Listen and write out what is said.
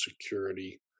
security